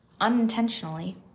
unintentionally